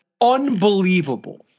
Unbelievable